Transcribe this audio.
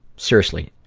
seriously,